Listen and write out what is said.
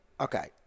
Okay